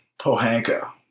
Pohanka